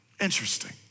Interesting